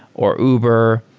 or uber.